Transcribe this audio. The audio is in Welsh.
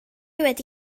wedi